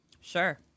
Sure